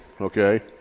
okay